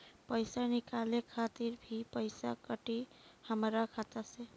पईसा निकाले खातिर भी पईसा कटी हमरा खाता से?